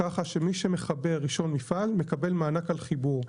ככה מי שמחבר ראשון מפעל, יקבל מענק על החיבור.